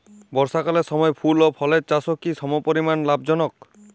বর্ষাকালের সময় ফুল ও ফলের চাষও কি সমপরিমাণ লাভজনক?